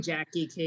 Jackie